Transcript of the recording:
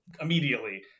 immediately